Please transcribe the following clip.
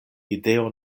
ideo